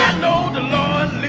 the lord